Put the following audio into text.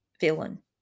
villain